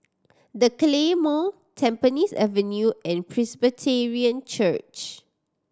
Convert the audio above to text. The Claymore Tampines Avenue and Presbyterian Church